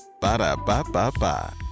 Ba-da-ba-ba-ba